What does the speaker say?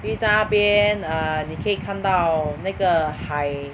因为在那边 err 你可以看到那个海